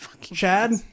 chad